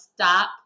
stop